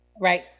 Right